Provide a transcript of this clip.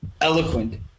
eloquent